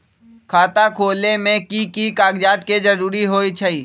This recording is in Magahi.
खाता खोले में कि की कागज के जरूरी होई छइ?